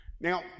Now